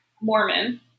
Mormon